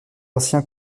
ancien